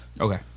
Okay